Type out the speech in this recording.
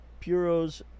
puros